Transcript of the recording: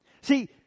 See